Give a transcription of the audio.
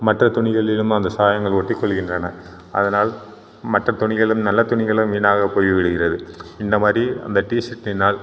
மற்ற துணிகளிலும் அந்த சாயங்கள் ஒட்டி கொள்கின்றன அதனால் மற்ற துணிகளும் நல்ல துணிகளும் வீணாக போய் விடுகிறது இந்த மாதிரி அந்த டிஷர்ட்டினால்